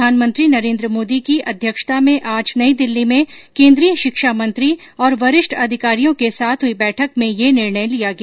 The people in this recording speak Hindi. प्रधानमंत्री नरेन्द्र मोदी की अध्यक्षता में आज नई दिल्ली में केन्द्रीय शिक्षा मंत्री और वरिष्ठ अधिकारियों के साथ हुई बैठक में यह निर्णय लिया गया